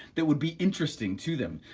that would be interesting to them,